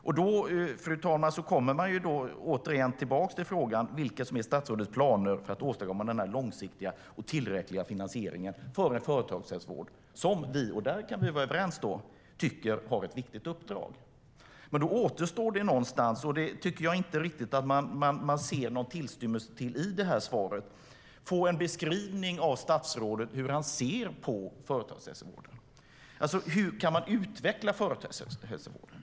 Fru talman! Då kommer jag återigen tillbaka till frågan om vilka som är statsrådets planer för att åstadkomma en långsiktig och tillräcklig finansiering för en företagshälsovård som vi, och där kan vi vara överens, tycker har ett viktigt uppdrag. Men då återstår det, och det ser jag inte tillstymmelse till i svaret, en beskrivning av statsrådet av hur han ser på företagshälsovården. Hur kan man utveckla företagshälsovården?